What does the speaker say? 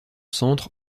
centre